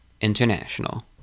international